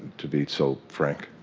to be so frank.